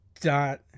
dot